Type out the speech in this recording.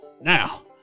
Now